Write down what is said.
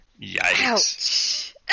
yikes